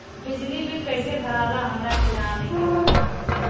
बिजली बिल कईसे भराला हमरा के जाने के बा?